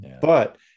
but-